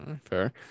Fair